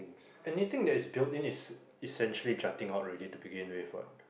anything that is built in is is essentially jutting out already to begin with what